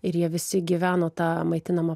ir jie visi gyveno ta maitinama